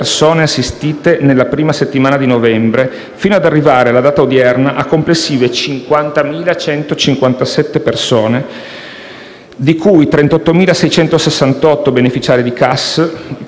assistite nella prima settimana di novembre, fino ad arrivare alla data odierna a complessive 50.157 persone, di cui 38.668 beneficiari del